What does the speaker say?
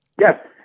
Yes